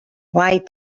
why